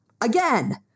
again